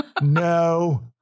No